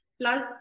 Plus